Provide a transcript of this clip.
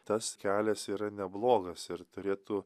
tas kelias yra neblogas ir turėtų